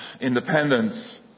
independence